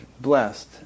blessed